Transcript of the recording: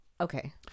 okay